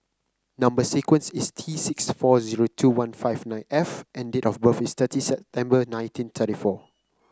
number sequence is T six four zero two one five nine F and date of birth is thirty September nineteen thirty four